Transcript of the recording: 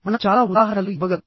మనం చాలా ఉదాహరణలు ఇవ్వగలం